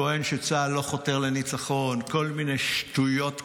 טוען שצה"ל לא חותר לניצחון, כל מיני שטויות כאלה.